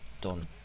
done